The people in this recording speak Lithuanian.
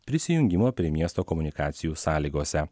prisijungimo prie miesto komunikacijų sąlygose